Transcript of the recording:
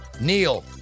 Neil